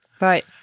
Right